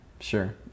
sure